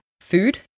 food